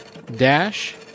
Dash